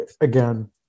again